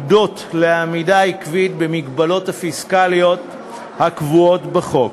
הודות לעמידה עקבית במגבלות הפיסקליות הקבועות בחוק,